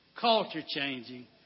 culture-changing